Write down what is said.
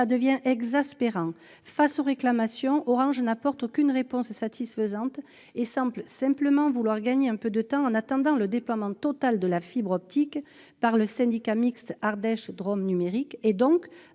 devient exaspérante ! D'autant que, face aux réclamations, Orange n'apporte aucune réponse satisfaisante, semblant simplement vouloir gagner un peu de temps jusqu'au déploiement total de la fibre optique par le syndicat mixte Ardèche Drôme Numérique-